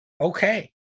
Okay